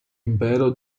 impero